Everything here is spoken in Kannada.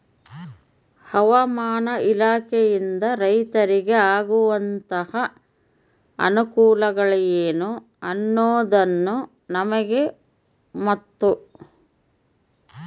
ಹವಾಮಾನ ಇಲಾಖೆಯಿಂದ ರೈತರಿಗೆ ಆಗುವಂತಹ ಅನುಕೂಲಗಳೇನು ಅನ್ನೋದನ್ನ ನಮಗೆ ಮತ್ತು?